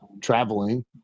traveling